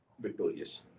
victorious